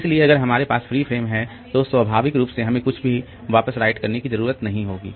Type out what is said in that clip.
इसलिए अगर हमारे पास फ्री फ्रेम है तो स्वाभाविक रूप से हमें कुछ भी वापस राइट करने की जरूरत नहीं होगी